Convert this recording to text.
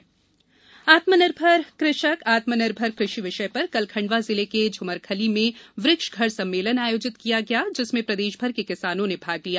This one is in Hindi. आत्मनिर्भर कृषक आत्म निर्भर कृषक आत्म निर्भर कृषि विषय पर कल खण्डवा जिले के झुमरखली में वृक्ष घर सम्मेलन आयोजित किया गया जिसमें प्रदेश भर के किसानों ने भाग लिया